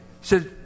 says